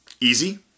easy